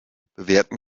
bewerten